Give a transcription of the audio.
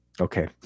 Okay